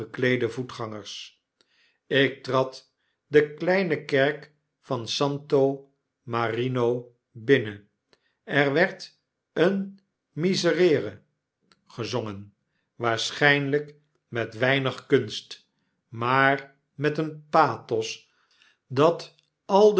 gekleede voetgangers ik trad de kleine kerk van santo marino binnen er werd een miserere gezongen waarschynlyk met weinig kunst maar met een pathos dat